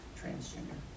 transgender